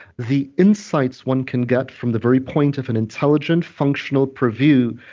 the insights one can get from the very point of an intelligent, functional preview,